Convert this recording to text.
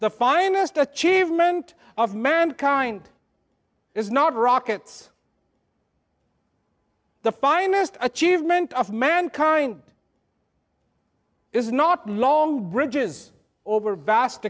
the finest achievement of mankind is not rockets the finest achievement of mankind is not long bridges over vast